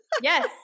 Yes